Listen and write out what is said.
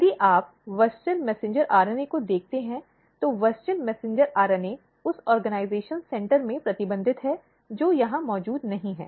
यदि आप WUSCHEL messenger RNA को देखते हैं तो WUSCHEL मैसेंजर RNA उस ऑर्गेनाइजेशन सेंटर में प्रतिबंधित है जो यहां मौजूद नहीं है